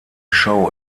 show